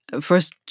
First